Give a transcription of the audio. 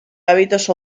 hábitos